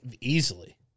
easily